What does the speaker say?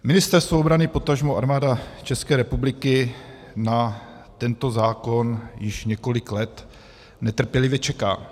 Ministerstvo obrany, potažmo Armáda České republiky, na tento zákon již několik let netrpělivě čeká.